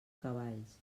cavalls